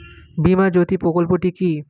বীমা জ্যোতি প্রকল্পটি কি?